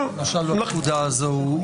למשל בפקודה הזו,